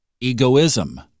egoism